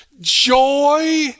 Joy